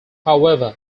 however